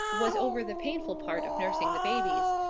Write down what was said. was over the painful part of nursing the babies,